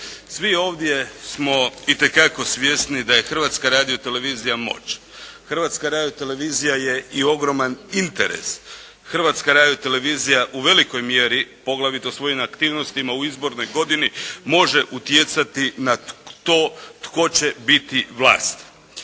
Svi ovdje smo itekako svjesni da je Hrvatska radiotelevizija moć. Hrvatska radiotelevizija je i ogroman interes. Hrvatska radiotelevizija u velikoj mjeri poglavito svojim aktivnostima u izbornoj godini može utjecati na to tko će biti vlast.